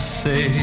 say